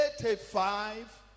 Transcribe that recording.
eighty-five